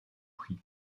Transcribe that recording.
prix